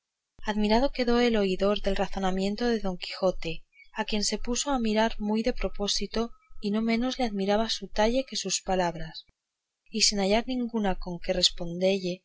admirado quedó el oidor del razonamiento de don quijote a quien se puso a mirar muy de propósito y no menos le admiraba su talle que sus palabras y sin hallar ningunas con que respondelle